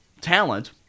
talent